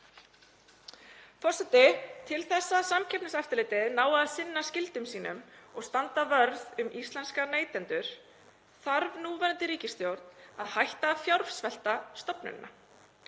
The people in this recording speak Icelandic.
Forseti. Til þess að Samkeppniseftirlitið nái að sinna skyldum sínum og standa vörð um íslenska neytendur þarf núverandi ríkisstjórn að hætta að fjársvelta stofnunina.